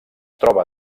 troba